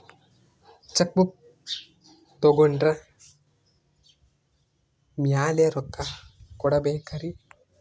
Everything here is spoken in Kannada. ಚೆಕ್ ಬುಕ್ ತೊಗೊಂಡ್ರ ಮ್ಯಾಲೆ ರೊಕ್ಕ ಕೊಡಬೇಕರಿ?